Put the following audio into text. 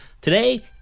Today